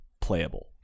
playable